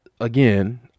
Again